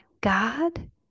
God